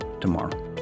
tomorrow